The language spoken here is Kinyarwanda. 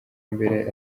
mbere